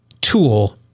tool